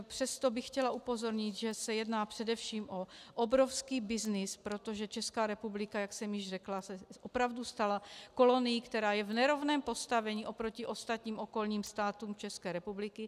Přesto bych chtěla upozornit, že se jedná především o obrovský byznys, protože Česká republika, jak jsem již řekla, se opravdu stala kolonií, která je v nerovném postavení oproti ostatním okolním státům České republiky.